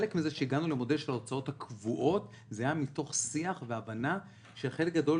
חלק מזה שהגענו למודל של ההוצאות הקבועות זה היה מתוך שיח והבנה שחלק גדול